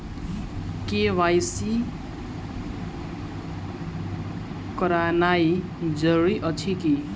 KYC करानाइ जरूरी अछि की?